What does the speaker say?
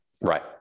Right